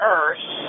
Earth